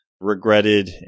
regretted